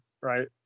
right